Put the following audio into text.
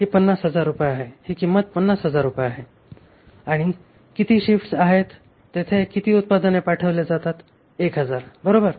ही किंमत 50000 रुपये आहे आणि किती शिफ्ट्स आहेत तेथे किती उत्पादने पाठविली जातात 1000 बरोबर